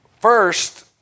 First